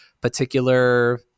particular